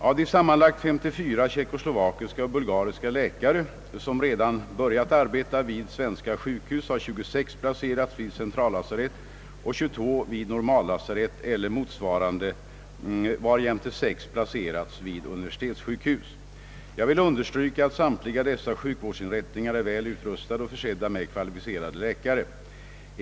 Av de sammanlagt 54 tjeckoslovakiska och bulgariska läkare som redan börjat arbeta vid svenska sjukhus har 26 placerats vid centrallasarett och 22 vid normallasarett eller motsvarande, varjämte 6 placerats vid undervisningssjukhus. Jag vill understryka att samtliga dessa sjukvårdsinrättningar är väl utrustade och försedda med kvalificerade läkare.